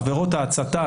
העבירות ההצתה,